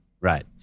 Right